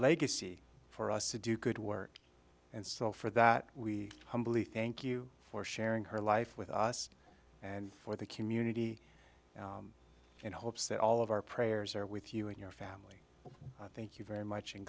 legacy for us to do good work and so for that we humbly thank you for sharing her life with us and for the community in hopes that all of our prayers are with you and your family thank you very much